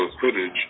footage